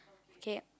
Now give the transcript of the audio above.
okay